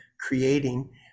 creating